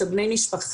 של בני משפחה,